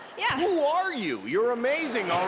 yeah who are you? you're amazing,